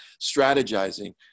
strategizing